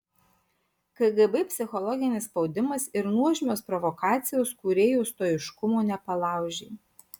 kgb psichologinis spaudimas ir nuožmios provokacijos kūrėjo stoiškumo nepalaužė